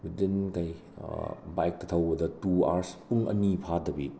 within ꯗꯩ ꯕꯥꯏꯛꯇ ꯊꯧꯕꯗ ꯇꯨ ꯑꯥꯔꯁ ꯄꯨꯡ ꯑꯅꯤ ꯐꯥꯗꯕꯤ